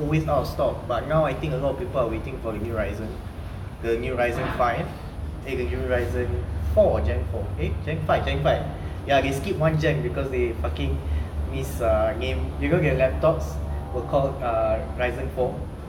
it was always our stock but now I think a lot of people are waiting for the new Ryzen the new Ryzen five eh the new Ryzen four gen four eh gen five gen five ya they skipped one gen because they fucking misnamed you know their laptops were called Ryzen four